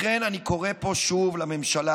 לכן אני קורא פה שוב לממשלה,